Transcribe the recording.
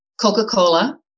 coca-cola